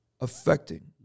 affecting